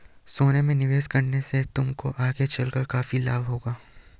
सोने में निवेश करने से तुमको आगे चलकर काफी लाभ होगा